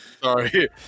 Sorry